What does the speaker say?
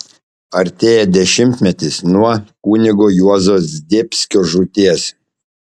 artėja dešimtmetis nuo kunigo juozo zdebskio žūties